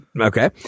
Okay